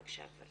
בבקשה גברתי.